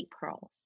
pearls